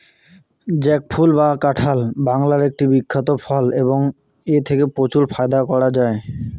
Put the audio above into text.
jackfruit বা কাঁঠাল বাংলার একটি বিখ্যাত ফল এবং এথেকে প্রচুর ফায়দা করা য়ায়